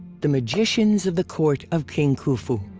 the magicians of the court of king khufu